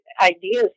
ideas